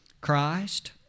Christ